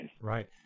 Right